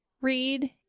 read